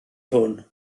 hwn